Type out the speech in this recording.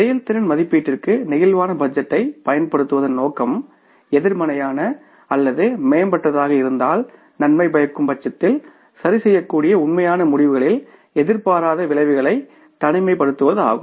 செயல்திறன் மதிப்பீட்டிற்கு பிளேக்சிபிள் பட்ஜெட்டைப் பயன்படுத்துவதன் நோக்கம் எதிர்மறையான அல்லது மேம்பட்டதாக இருந்தால் நன்மை பயக்கும் பட்சத்தில் சரிசெய்யக்கூடிய உண்மையான முடிவுகளில் எதிர்பாராத விளைவுகளை தனிமைப்படுத்துவதாகும்